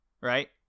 Right